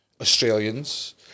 Australians